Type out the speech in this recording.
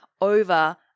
over